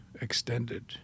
extended